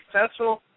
successful